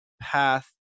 path